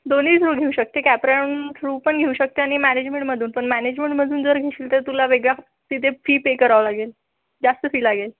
दोन्ही मिळून घेऊ शकते कॅप राउंड थ्रु पण घेऊ शकते आणि मॅनेजमेंटमधून मॅनेजमेंटमधून जर घेशील तर तुला वेगळा तिथं फी पे करावं लागेल जास्त फी लागेल